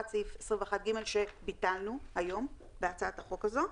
סעיף 21ג שביטלנו היום בהצעת החוק הזאת,